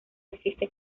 existe